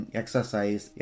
exercise